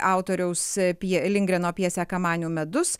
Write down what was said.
autoriaus pje lingreno pjesę kamanių medus